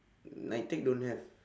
NITEC don't have